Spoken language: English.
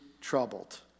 troubled